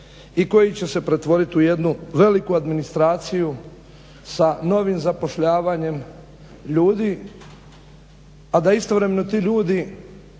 i koji će se pretvoriti u jednu veliku administraciju sa novim zapošljavanjem ljudi a da istovremeno ti ljudi